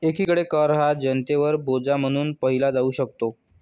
एकीकडे कर हा जनतेवर बोजा म्हणून पाहिला जाऊ शकतो